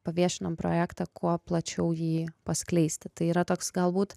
paviešinam projektą kuo plačiau jį paskleisti tai yra toks galbūt